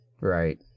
Right